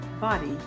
body